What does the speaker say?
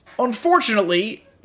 Unfortunately